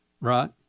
right